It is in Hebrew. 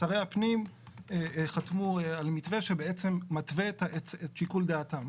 שרי הפנים חתמו על מתווה שבעצם מתווה את שיקול דעתם,